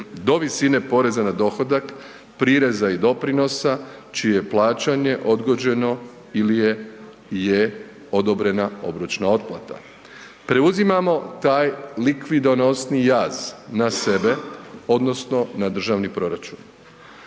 do visine poreza na dohodak, prireza i doprinosa čije je plaćanje odgođeno ili je i je odobrena obročna otplata. Preuzimamo taj likvidonozni jaz na sebe odnosno na državni proračun.